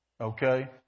okay